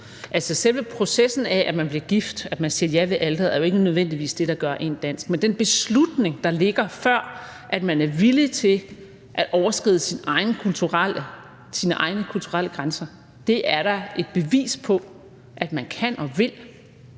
Altså, selve processen ved, at man bliver gift, at man siger ja ved alteret, er jo ikke nødvendigvis det, der gør en dansk, men den beslutning, der ligger før, nemlig at man er villig til at overskride sine egne kulturelle grænser, er da et bevis på, at man kan og vil